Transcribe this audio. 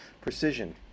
Precision